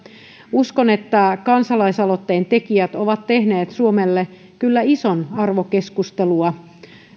uskon että kansalaisaloitteen tekijät ovat tehneet suomelle kyllä ison arvokeskustelua